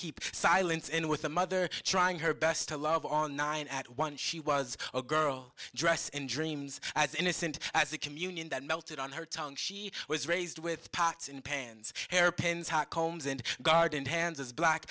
keep silence and with a mother trying her best to love on nine at once she was a girl dress and dreams as innocent as the communion that melted on her tongue she was raised with pots and pans hairpins combs and garden hands as black